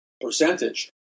percentage